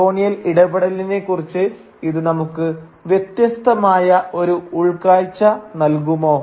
colonial ഇടപെടലിനെക്കുറിച്ച് ഇത് നമുക്ക് വ്യത്യസ്തമായ ഒരു ഉൾക്കാഴ്ച നൽകുമോ